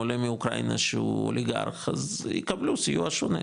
עולה מאוקראינה שהוא אוליגרך אז יקבלו סיוע שונה,